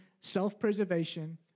self-preservation